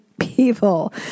people